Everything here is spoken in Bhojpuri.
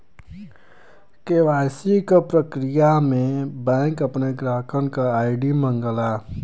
के.वाई.सी क प्रक्रिया में बैंक अपने ग्राहकन क आई.डी मांगला